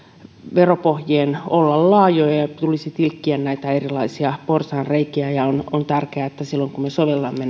veropohjien olla laajoja ja tulisi tilkkiä näitä erilaisia porsaanreikiä ja on tärkeää että silloin kun me sovellamme